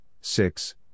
six